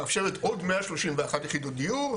מאפשרת עוד 131 יחידות דיור.